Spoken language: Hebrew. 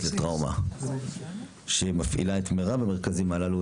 לטראומה שמפעילה את מירב המרכזים הללו.